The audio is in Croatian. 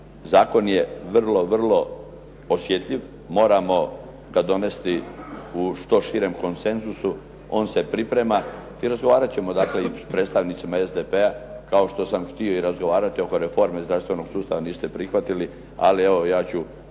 Zakon je vrlo, vrlo osjetljiv. Moramo ga donesti u što širem konsenzusu. On se priprema i razgovarat ćemo dakle i s predstavnicima SDP-a kao što sam htio i razgovarati oko reforme zdravstvenog sustava. Niste prihvatili, ali evo ja ću